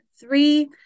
three